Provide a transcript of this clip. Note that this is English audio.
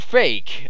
fake